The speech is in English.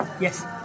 yes